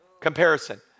Comparison